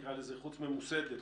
החוץ ממוסדת,